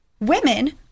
women